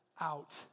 out